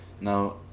Now